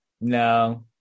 No